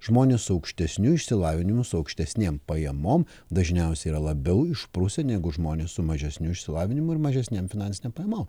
žmonės su aukštesniu išsilavinimu su aukštesnėm pajamom dažniausiai yra labiau išprusę negu žmonės su mažesniu išsilavinimu ir mažesnėm finansinėm pajamom